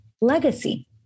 Legacy